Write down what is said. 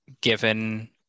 given